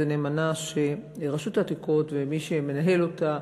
נאמנה שרשות העתיקות ומי שמנהל אותה,